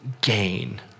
gain